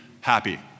happy